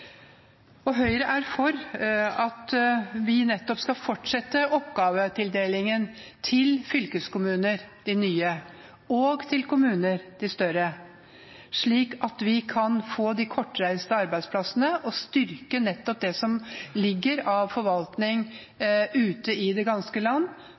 Og Høyre er for at vi nettopp skal fortsette oppgavetildelingen til fylkeskommuner – de nye – og til kommuner – de større – slik at vi kan få de kortreiste arbeidsplassene og styrke nettopp det som ligger av forvaltning ute i det ganske land.